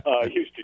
Houston